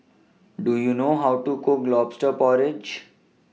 Do YOU know How to Cook Lobster Porridge